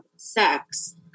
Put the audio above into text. sex